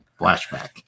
flashback